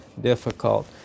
difficult